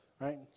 Right